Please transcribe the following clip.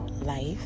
life